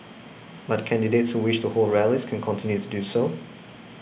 but candidates who wish to hold rallies can continue to do so